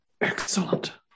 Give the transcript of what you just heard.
Excellent